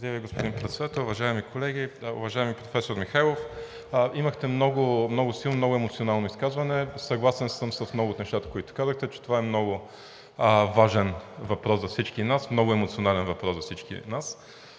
Благодаря, господин Председател. Уважаеми колеги! Уважаеми професор Михайлов, имахте много силно и много емоционално изказване. Съгласен съм с много от нещата, които казахте. Това е много важен въпрос за всички нас, много емоционален въпрос за всички нас.